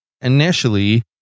initially